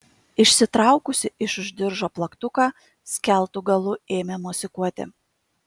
išsitraukusi iš už diržo plaktuką skeltu galu ėmė mosikuoti